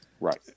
Right